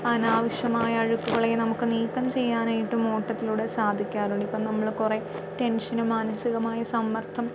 അനാവശ്യമായ അഴുക്കുകളെ നമുക്ക് നീക്കം ചെയ്യാനായിട്ടും ഓട്ടത്തിലൂടെ സാധിക്കാറുണ്ട് ഇപ്പോൾ നമ്മൾ കുറെ ടെൻഷനും മാനസികമായി സമ്മർദ്ദം